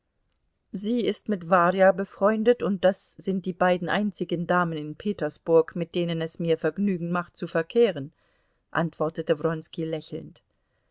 sie ist mit warja befreundet und das sind die beiden einzigen damen in petersburg mit denen es mir vergnügen macht zu verkehren antwortete wronski lächelnd